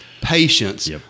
Patience